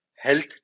health